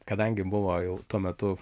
kadangi buvo jau tuo metu